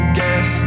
guess